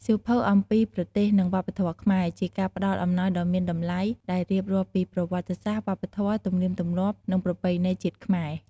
សៀវភៅអំពីប្រទេស និងវប្បធម៌ខ្មែរ ជាការផ្តល់អំណោយដ៏មានតម្លៃ ដែលរៀបរាប់ពីប្រវត្តិសាស្ត្រ វប្បធម៌ ទំនៀមទម្លាប់ និងប្រពៃណីជាតិខ្មែរ។